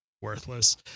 worthless